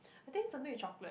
I think something with chocolate